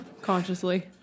Consciously